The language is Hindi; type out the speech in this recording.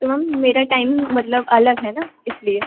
तो मैम मेरा टाइमिंग मतलब अलग है ना इसलिए